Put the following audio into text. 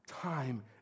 Time